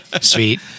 Sweet